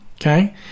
okay